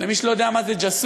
למי שלא יודע מה זה ג'אסוס,